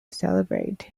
celebrate